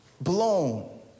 blown